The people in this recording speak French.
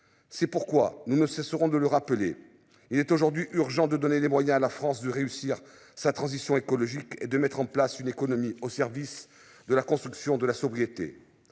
C'est pourquoi nous ne cesserons de le rappeler, il est aujourd'hui urgent de donner des moyens à la France de réussir sa transition écologique et de mettre en place une économie au service de la construction de la sobriété.